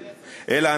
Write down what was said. אלא,